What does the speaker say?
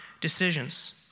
decisions